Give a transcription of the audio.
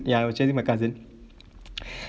ya I was chasing my cousin